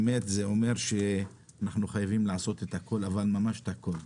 אנחנו חייבים לעשות את הכל, אבל ממש את הכל,